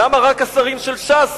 למה רק השרים של ש"ס